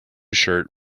shirt